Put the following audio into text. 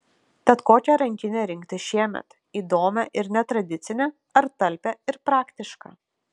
tad kokią rankinę rinktis šiemet įdomią ir netradicinę ar talpią ir praktišką